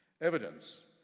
evidence